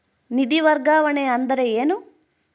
ನಿಧಿ ವರ್ಗಾವಣೆ ಅಂದರೆ ಏನು?